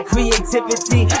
Creativity